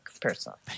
personally